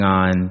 on